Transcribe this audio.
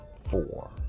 four